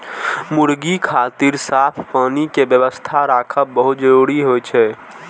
मुर्गी खातिर साफ पानी के व्यवस्था राखब बहुत जरूरी होइ छै